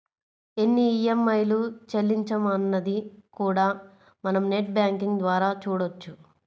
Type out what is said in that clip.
ఎన్ని ఈఎంఐలు చెల్లించామన్నది కూడా మనం నెట్ బ్యేంకింగ్ ద్వారా చూడొచ్చు